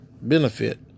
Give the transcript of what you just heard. benefit